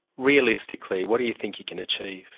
realistically, what do you think you can achieve?